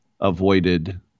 avoided